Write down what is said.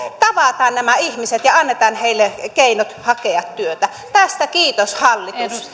tavataan nämä ihmiset ja ja annetaan heille keinot hakea työtä tästä kiitos hallitus